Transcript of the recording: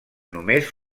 només